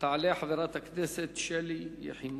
תעלה חברת הכנסת שלי יחימוביץ.